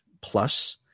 Plus